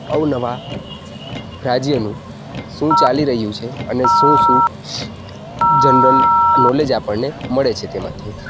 અવનવા રાજ્યનું શું ચાલી રહ્યું છે અને શું શું જનરલ નોલેજ આપણને મળે છે તેમાંથી